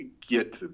get